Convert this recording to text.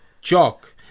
Jock